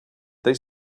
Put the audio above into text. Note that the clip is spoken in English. they